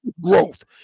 growth